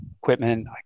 equipment